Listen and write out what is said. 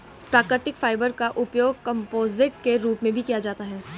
प्राकृतिक फाइबर का उपयोग कंपोजिट के रूप में भी किया जाता है